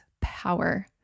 power